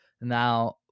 now